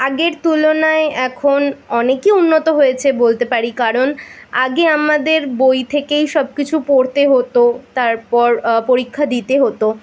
আগের তুলনায় এখন অনেকই উন্নত হয়েছে বলতে পারি কারণ আগে আমাদের বই থেকেই সব কিছু পড়তে হতো তারপর পরীক্ষা দিতে হতো